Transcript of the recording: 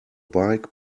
bike